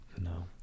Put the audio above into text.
no